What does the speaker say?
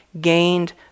gained